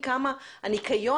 נכון,